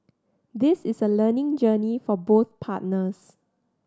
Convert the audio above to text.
this is a learning journey for both partners